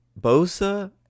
Bosa